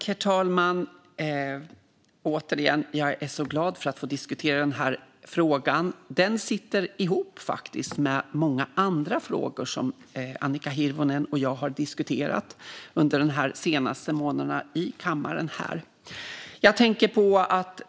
Herr talman! Jag vill återigen säga att jag är glad att få diskutera den här frågan. Den sitter ihop med många andra frågor som Annika Hirvonen och jag har diskuterat under de senaste månaderna här i kammaren.